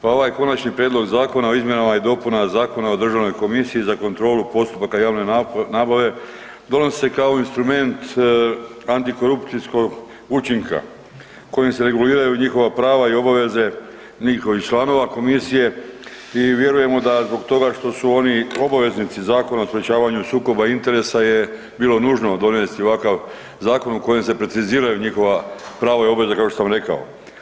Pa ovaj Konačni prijedlog zakona o izmjenama i dopunama Zakona o Državnoj komisiji za kontrolu postupaka javne nabave donose se kao instrument antikorupcijskog učinka kojim se reguliraju njihova prava i obaveze njihovih članova Komisije i vjerujemo da zbog toga što su oni obaveznici Zakona o sprječavanju sukoba interesa je bilo nužno donesti ovakav zakon u kojem se preciziraju njihova prava i obveze, kao što sam rekao.